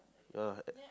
ya